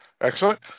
Excellent